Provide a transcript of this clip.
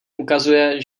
ukazuje